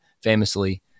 famously